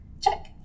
check